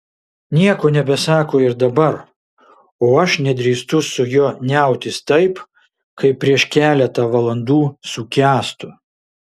nieko nebesako ir dabar o aš nedrįstu su juo niautis taip kaip prieš keletą valandų su kęstu